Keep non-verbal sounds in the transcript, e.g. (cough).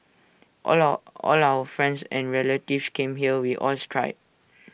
all (unintelligible) all our friends and relatives came here we all (noise) tried